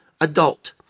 adult